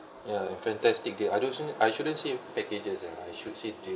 ya fantastic they I don't think I shouldn't say packages ah I should say